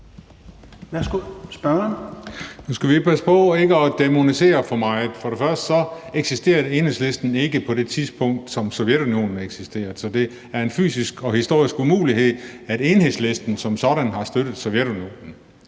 Nu skal vi passe på ikke at dæmonisere for meget. For det første eksisterede Enhedslisten ikke på det tidspunkt, hvor Sovjetunionen eksisterede, så det er en fysisk og historisk umulighed, at Enhedslisten som sådan har støttet Sovjetunionen.